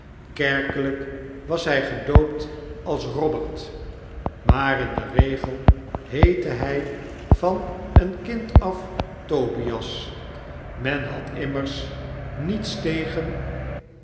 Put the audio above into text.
kerkelyk was hij gedoopt als robert maar in den regel heette hjj van een kind af tobias men had immers niets tegen